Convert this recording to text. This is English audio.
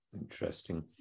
Interesting